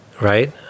right